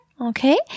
okay